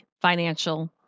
financial